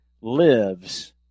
lives